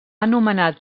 anomenat